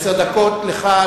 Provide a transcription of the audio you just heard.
עשר דקות לך,